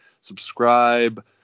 subscribe